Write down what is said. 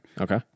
Okay